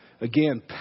Again